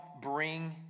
bring